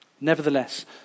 Nevertheless